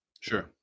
sure